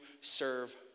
serve